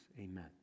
Amen